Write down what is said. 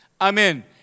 Amen